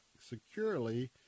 securely